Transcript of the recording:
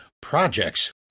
Projects